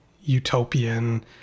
utopian